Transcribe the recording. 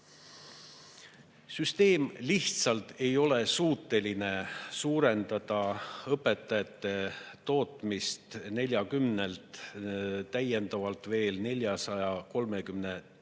Süsteem lihtsalt ei ole suuteline suurendama õpetajate tootmist 40-lt veel 432-le.